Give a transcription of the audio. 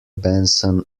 benson